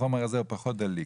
החומר הזה הוא פחות דליק?